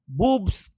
boobs